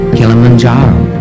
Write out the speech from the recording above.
Kilimanjaro